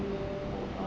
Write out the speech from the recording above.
you ah